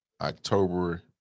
October